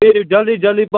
تُہۍ یِیِو جلدی جلدی پہم